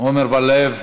עמר בר-לב,